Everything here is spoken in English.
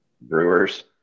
Brewers